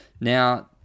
Now